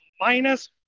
minus